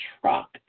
truck